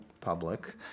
public